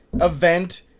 event